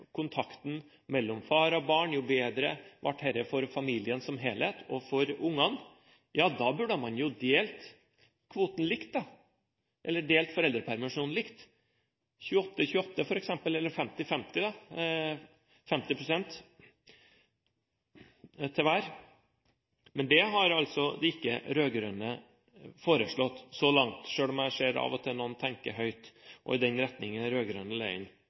kontakten mellom far og barn, og jo bedre ble dette for familien som helhet, burde man jo delt foreldrepermisjonen likt – f.eks. 28/28 pst. eller 50 pst. til hver. Men det har ikke de rød-grønne foreslått så langt, selv om jeg av og til hører at noen tenker høyt i den retning i den